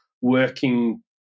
working